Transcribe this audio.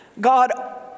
God